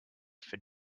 for